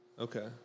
Okay